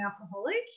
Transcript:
alcoholic